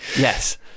Yes